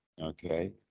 okay